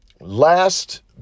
Last